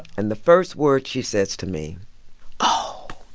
and the first words she says to me oh,